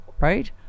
right